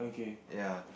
ya